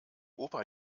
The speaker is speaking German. opa